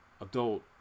adult